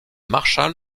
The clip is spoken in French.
marshal